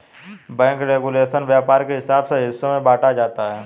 bank regulation व्यापार के हिसाब से हिस्सों में बांटा जाता है